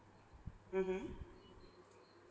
mmhmm